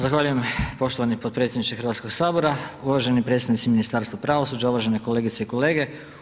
Zahvaljujem poštovani potpredsjedniče Hrvatskog sabora, uvaženi predstavnici Ministarstva pravosuđa, uvažene kolegice i kolege.